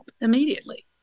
immediately